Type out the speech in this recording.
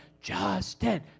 Justin